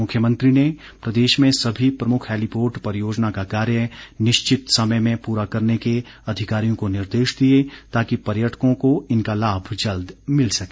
मुख्यमंत्री ने प्रदेश में सभी प्रमुख हैलीपोर्ट परियोजना का कार्य निश्चित समय में पूरा करने के अधिकारियों को निर्देश दिए ताकि पर्यटकों को इनका लाभ जल्द मिल सके